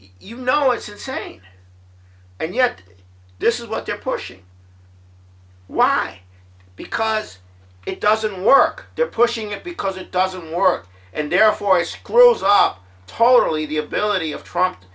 you know it's insane and yet this is what they're pushing why because it doesn't work they're pushing it because it doesn't work and therefore screws up totally the ability of trump